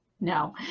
No